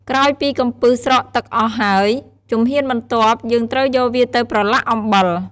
ក្រោយពីកំពឹសស្រក់ទឹកអស់ហើយ ជំហានបន្ទាប់ យើងត្រូវយកវាទៅប្រឡាក់អំបិល។